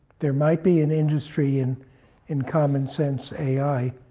there might be an industry and in common sense ai